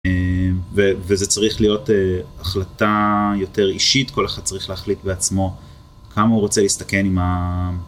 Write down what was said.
וזה צריך להיות החלטה יותר אישית, כל אחד צריך להחליט בעצמו כמה הוא רוצה להסתכן עם ה...